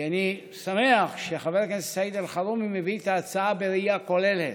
כי אני שמח שחבר הכנסת סעיד אלחרומי מביא את ההצעה בראייה כוללת,